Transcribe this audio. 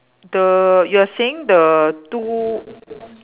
the you are saying the two